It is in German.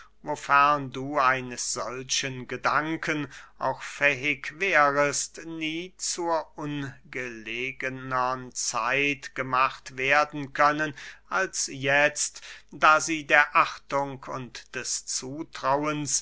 eines solchen gedanken auch fähig wärest nie zur ungelegnern zeit gemacht werden können als jetzt da sie der achtung und des zutrauens